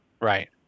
right